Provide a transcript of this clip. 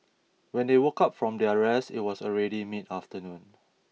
when they woke up from their rest it was already mid afternoon